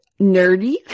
nerdy